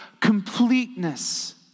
completeness